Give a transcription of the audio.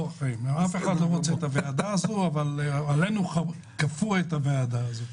אף אחד לא רוצה את הוועדה הזאת אבל עלינו כפו את הוועדה הזאת.